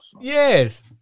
Yes